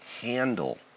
handle